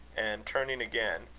and, turning again,